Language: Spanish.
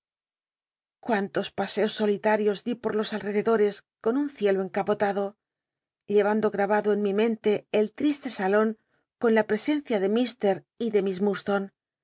pa eos solitar iosdi por los alrededores con un ciclo encapotado llevando rabado en mi mente el lrisle salan con la presencia de mr y de